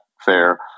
fair